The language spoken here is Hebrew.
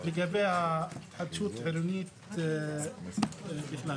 לגבי ההתחדשות העירונית בכלל.